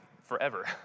forever